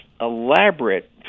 elaborate